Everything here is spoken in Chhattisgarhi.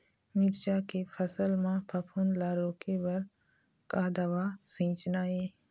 मिरचा के फसल म फफूंद ला रोके बर का दवा सींचना ये?